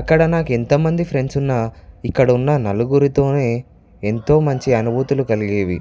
అక్కడ నాకు ఎంతమంది ఫ్రెండ్స్ ఉన్నా ఇక్కడ ఉన్న నలుగురితోనే ఎంతో మంచి అనుభూతులు కలిగేవి